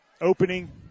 opening